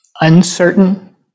Uncertain